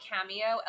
Cameo